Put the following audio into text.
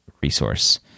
resource